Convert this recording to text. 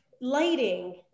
lighting